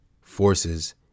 forces